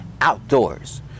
outdoors